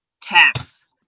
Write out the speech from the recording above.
tax